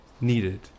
needed